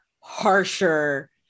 harsher